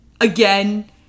again